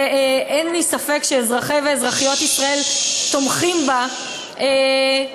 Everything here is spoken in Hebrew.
ואין לי ספק שאזרחיות ואזרחי ישראל תומכים בה,